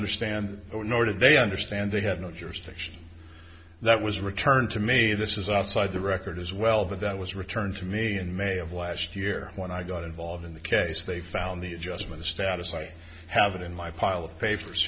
understand or nor did they understand they had no jurisdiction that was returned to me this is outside the record as well but that was returned to me in may of last year when i got involved in the case they found the adjustment of status i have it in my pile of papers